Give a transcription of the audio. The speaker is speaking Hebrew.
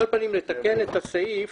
לתקן את הסעיף,